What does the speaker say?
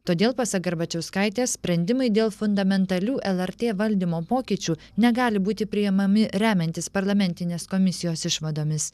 todėl pasak garbačiauskaitės sprendimai dėl fundamentalių lrt valdymo pokyčių negali būti priimami remiantis parlamentinės komisijos išvadomis